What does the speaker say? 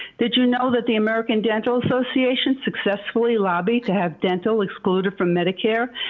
did you know that the american dental association successfully lobbied to have dental excluded from medicare?